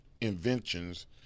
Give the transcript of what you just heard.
inventions